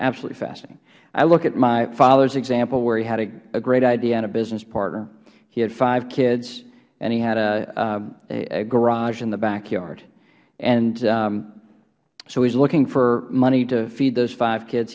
absolutely fascinating i look at my father's example where he had a great idea and a business partner he had five kids and he had a garage in the backyard and so he's looking for money to feed those five kids